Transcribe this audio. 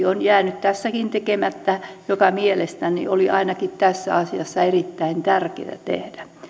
on jäänyt tekemättä lapsivaikutusten arviointi joka mielestäni oli ainakin tässä asiassa erittäin tärkeätä tehdä